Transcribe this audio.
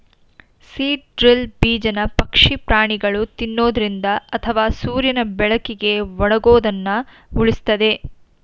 seed drill ಬೀಜನ ಪಕ್ಷಿ ಪ್ರಾಣಿಗಳು ತಿನ್ನೊದ್ರಿಂದ ಅಥವಾ ಸೂರ್ಯನ ಬೆಳಕಿಗೆ ಒಣಗೋದನ್ನ ಉಳಿಸ್ತದೆ